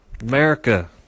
America